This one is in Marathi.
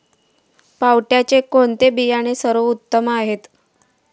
पावट्याचे कोणते बियाणे सर्वोत्तम आहे?